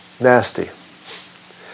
nasty